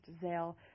Zale